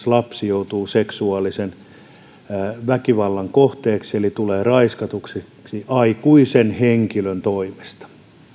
lapsi joutuu seksuaalisen väkivallan kohteeksi eli tulee raiskatuksi aikuisen henkilön toimesta